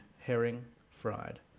herring-fried